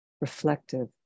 reflective